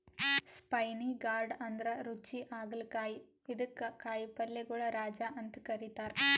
spiny gourd ಅಂದ್ರ ರುಚಿ ಹಾಗಲಕಾಯಿ ಇದಕ್ಕ್ ಕಾಯಿಪಲ್ಯಗೊಳ್ ರಾಜ ಅಂತ್ ಕರಿತಾರ್